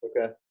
okay